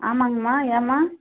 ஆமாங்ம்மா ஏன்ம்மா